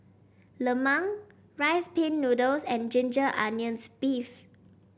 lemang Rice Pin Noodles and Ginger Onions beef